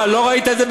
מה, לא ראית את זה?